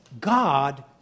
God